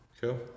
Cool